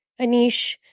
Anish